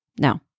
no